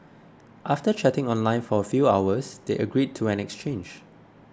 after chatting online for a few hours they agreed to an exchange